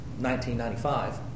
1995